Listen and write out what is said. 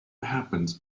happens